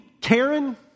Karen